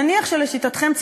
נניח שלשיטתכם,